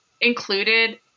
included